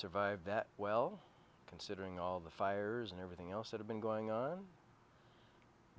survived that well considering all the fires and everything else that have been going on